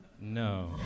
No